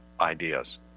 ideas